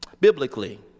Biblically